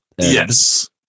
yes